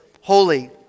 holy